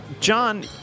John